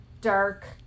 dark